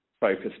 focused